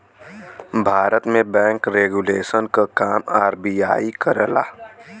भारत में bank regulation क काम आर.बी.आई करला